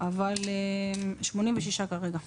אבל יש 86 כרגע.